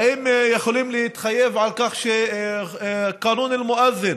האם יכולים להתחייב על כך שקאנון אל-מואד'ין,